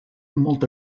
molta